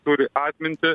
turi atmintį